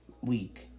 week